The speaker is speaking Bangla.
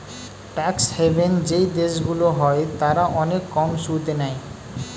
ট্যাক্স হেভেন যেই দেশগুলো হয় তারা অনেক কম সুদ নেয়